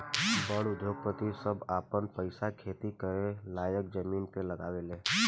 बड़ उद्योगपति सभ आपन पईसा खेती करे लायक जमीन मे लगावे ले